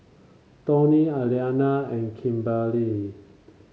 Toney Elianna and Kimberli